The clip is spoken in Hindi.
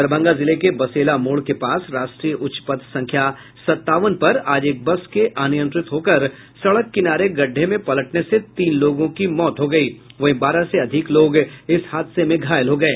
दरभंगा जिले के बसेला मोड़ के पास राष्ट्रीय उच्च पथ संख्या सत्तावन पर आज एक बस के अनियंत्रित होकर सड़क किनारे गड्ढे में पलटने से तीन लोगों की मौत हो गयी वहीं बारह से अधिक लोग घायल हो गये